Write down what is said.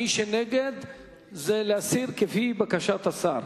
מי שנגד, זה להסיר, כפי בקשת השר.